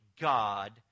God